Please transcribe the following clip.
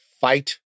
fight